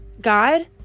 God